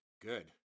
Good